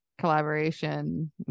collaboration